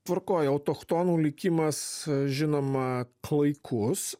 tvarkoj autochtonų likimas žinoma klaikus